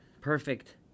perfect